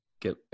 Get